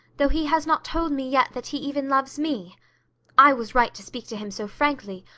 though he has not told me yet that he even loves me i was right to speak to him so frankly,